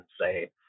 say